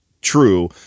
true